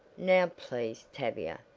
now please, tavia,